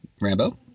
Rambo